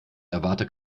erwarte